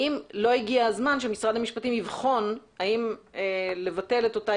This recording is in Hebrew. האם לא הגיע הזמן שמשרד המשפטים יבחן האם לבטל את אותה